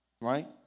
Right